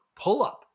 pull-up